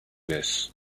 this